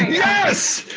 yes!